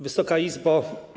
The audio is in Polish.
Wysoka Izbo!